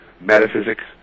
metaphysics